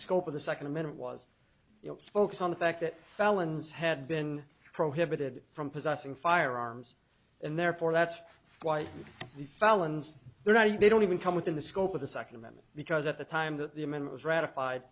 scope of the second amendment was focus on the fact that felons had been prohibited from possessing firearms and therefore that's why the felons they're not they don't even come within the scope of the second amendment because at the time that the amendment was ratified